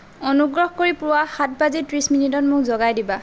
অনুগ্ৰহ কৰি পুৱা সাত বাজি ত্ৰিছ মিনিটত মোক জগাই দিবা